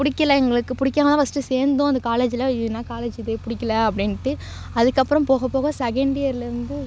பிடிக்கல எங்களுக்கு பிடிக்காம தான் ஃபஸ்ட்டு சேர்ந்தோம் அந்த காலேஜில் என்ன காலேஜ் இது பிடிக்கல அப்படின்ட்டு அதுக்கப்புறம் போக போக செகண்ட் இயர்லேருந்து